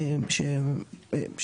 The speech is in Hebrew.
וגם שוב,